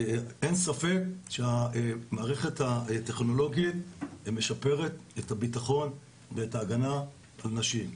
אין ספק שהמערכת הטכנולוגית משפרת את הביטחון ואת ההגנה על נשים,